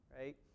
right